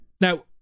Now